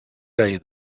day